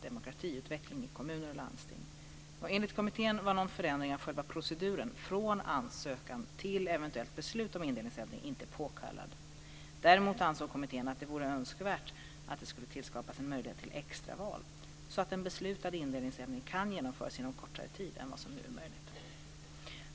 demokratiutveckling i kommuner och landsting. Enligt kommittén var någon förändring av själva proceduren från ansökan till eventuellt beslut om indelningsändring inte påkallad. Däremot ansåg kommittén att det vore önskvärt att det skulle tillskapas en möjlighet till extraval så att en beslutad indelningsändring kan genomföras inom kortare tid än vad som nu är möjligt.